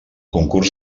concurs